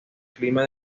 clima